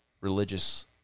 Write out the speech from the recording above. religious